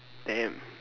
damn